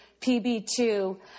PB2